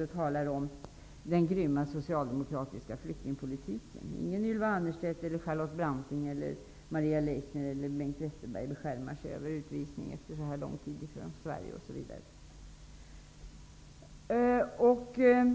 och talar om den grymma socialdemokratiska flyktingpolitiken. Där sitter ingen Ylva Annerstedt, Charlotte Branting, Maria Leissner eller Bengt Westerberg och beskärmar sig över utvisning efter så lång tid i Sverige, osv.